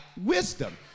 wisdom